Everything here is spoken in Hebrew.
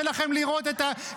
אתם ממשלת החורבן.